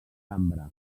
cambra